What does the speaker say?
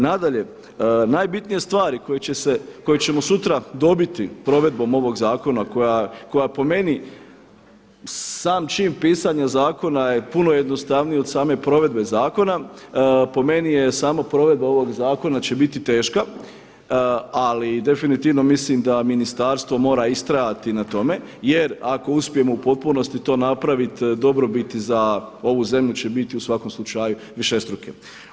Nadalje, najbitnije stvari koje ćemo sutra dobiti provedbom ovog zakona koja po meni sam čin pisanja zakona je puno jednostavniji od same provedbe zakona, po meni je samo provedba ovoga zakona će biti teška ali definitivno mislim da ministarstvo mora istrajati na tome jer ako uspijemo u potpunosti to napraviti dobrobiti za ovu zemlju će biti u svakom slučaju višestruke.